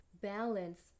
Balance